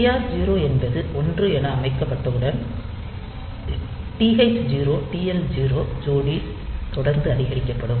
TR 0 என்பது 1 என அமைக்கப்பட்டவுடன் TH 0 TL 0 ஜோடி தொடர்ந்து அதிகரிக்கப்படும்